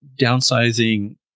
downsizing